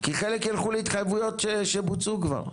כי חלק ילכו להתחייבויות שבוצעו כבר?